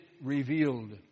revealed